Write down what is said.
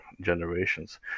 generations